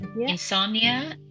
insomnia